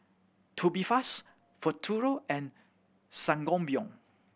Tubifast Futuro and Sangobion